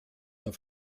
auf